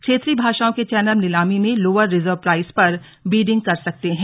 क्षेत्रीय भाषाओं के चैनल नीलामी में लोअर रिजर्व प्राइस पर बिडिंग कर सकते हैं